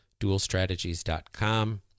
dualstrategies.com